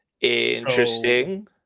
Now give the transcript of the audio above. Interesting